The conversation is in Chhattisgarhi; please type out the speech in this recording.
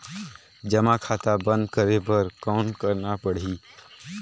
जमा खाता बंद करे बर कौन करना पड़ही?